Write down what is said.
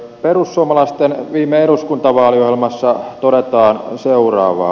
perussuomalaisten viime eduskuntavaaliohjelmassa todetaan seuraavaa